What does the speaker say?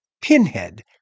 pinhead